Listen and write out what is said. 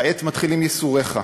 כעת מתחילים ייסוריך.